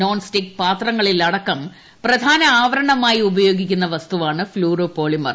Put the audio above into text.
nonstick പാത്രങ്ങളിലടക്കം പ്രധാന ആവരണമായി ഉപയോഗിക്കുന്ന വസ്തുവാണ് ഫ്ളൂറോ പോളിമർ